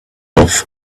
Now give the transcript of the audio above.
off